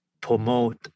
promote